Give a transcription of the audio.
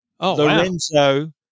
Lorenzo